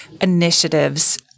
initiatives